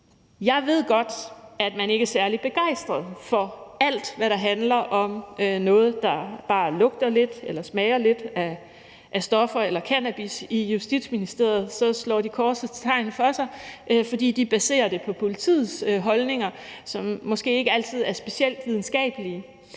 Justitsministeriet ikke er særlig begejstrede for alt, hvad der handler om noget, der bare lugter lidt eller smager lidt af stoffer eller cannabis – de slår korsets tegn for sig – fordi de baserer deres viden om det på politiets holdninger, som måske ikke altid er specielt videnskabelige.